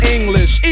English